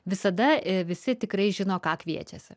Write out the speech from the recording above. visada visi tikrai žino ką kviečiasi